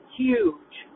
huge